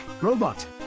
Robot